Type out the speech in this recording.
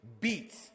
beats